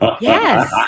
Yes